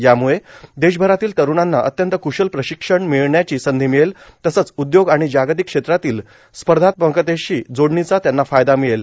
यामुळे देशभरातील तरुणांना अत्यंत क्शल प्रशिक्षण मिळवण्याची संधी मिळेल तसंच उद्योग आणि जागतिक क्षेत्रातील स्पर्धात्मकतेशी जोडणीचा त्यांना फायदा मिळेल